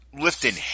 lifting